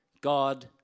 God